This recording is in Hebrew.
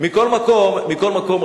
מכל מקום,